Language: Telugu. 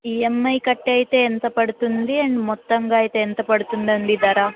ఈఎమ్ఐ కట్ అయితే ఎంత పడుతుంది మొత్తంగా అయితే ఎంత పడుతుందండి ధర